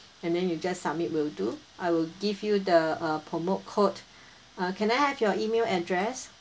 and then you just submit will do I will give you the uh promo code uh can I have your email address